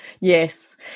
Yes